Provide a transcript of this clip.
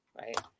right